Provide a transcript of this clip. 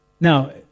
Now